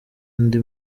andi